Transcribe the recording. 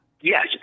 Yes